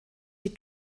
die